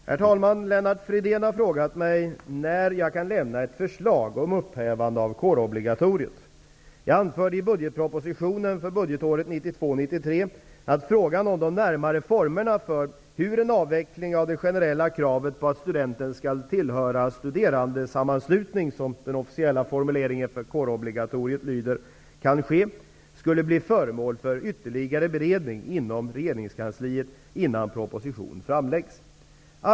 Herr talman! Lennart Fridén har frågat mig om när jag kan lämna ett förslag om upphävande av kårobligatoriet. Jag anförde i budgetpropositionen för budgetåret 1992/93 att frågan om de närmare formerna för hur en avveckling av det generella kravet på att studenten skall tillhöra studerandesammanslutning -- som kårobligatoriet officiellt benämns -- kan ske, skulle bli föremål för ytterligare beredning inom regeringskansliet innan proposition framläggs.